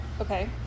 Okay